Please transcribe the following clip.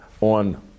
on